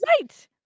Right